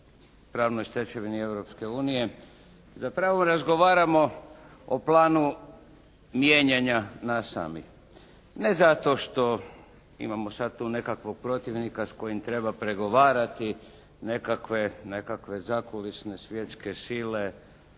pravnoj stečevini Europske unije, zapravo razgovaramo o planu mijenjanja nas samih. Ne zato što imamo sad tu nekakvog protivnika s kojim treba pregovarati, nekakve zakulisne svjetske sile,